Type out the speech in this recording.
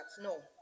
No